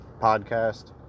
podcast